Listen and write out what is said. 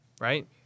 right